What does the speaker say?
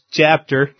chapter